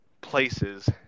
places